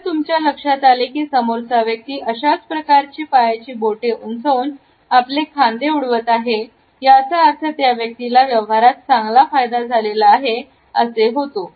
जर तुमच्या लक्षात आले समोरचा व्यक्ती अशाच प्रकारे पायाची बोटे उंचावून आपले खांदे उडवत आहे याचा अर्थ त्या व्यक्तीला व्यवहारात चांगला फायदा झालेला आहे असे होते